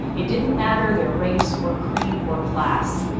it didn't matter their race or creed or class.